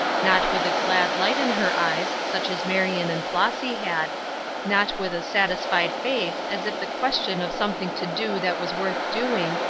not with a glad light in her eyes, such as marion and flossy had not with a satisfied face as if the question of something to do that was worth doing,